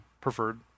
preferred